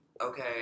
Okay